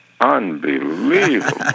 Unbelievable